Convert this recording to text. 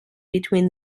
between